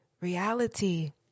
reality